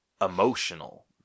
emotional